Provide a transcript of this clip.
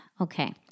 okay